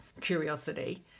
curiosity